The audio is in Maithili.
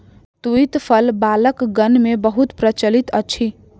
तूईत फल बालकगण मे बहुत प्रचलित अछि